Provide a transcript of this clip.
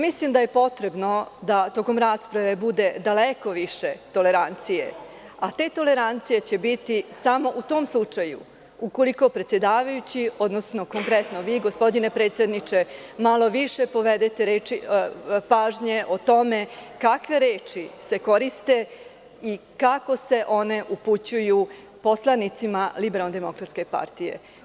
Mislim da je potrebno da tokom rasprave bude daleko više tolerancije, a te tolerancije će biti samo u tom slučaju, ukoliko predsedavajući, odnosno vi gospodine predsedniče malo više povede pažnje o tome kakve reči se koriste i kako se one upućuju poslanicima LDP-a.